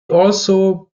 also